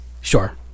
Sure